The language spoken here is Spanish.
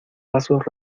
pasos